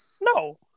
no